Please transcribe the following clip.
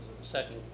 second